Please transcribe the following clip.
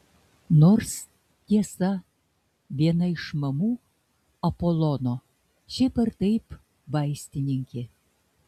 nors tiesa viena iš mamų apolono šiaip ar taip vaistininkė